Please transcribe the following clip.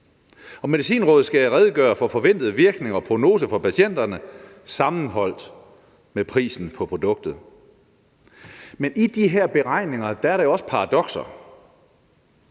Medicinrådet skal redegøre for forventet virkning og prognose for patienterne sammenholdt med prisen på produktet. Men i de her beregninger er der jo også paradokser,